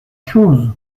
chose